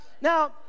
Now